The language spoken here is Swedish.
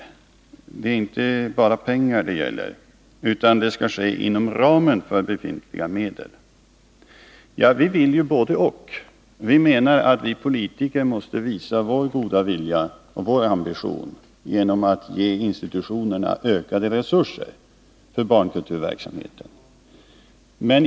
Hon menar att det inte bara gäller pengar utan att man skall kunna klara sig inom ramen för befintliga medel. För vår del vill vi både-och. Vi menar att politikerna måste visa sin goda vilja, sin ambition, genom att ge institutionerna ökade resurser för barnkulturverksamheten.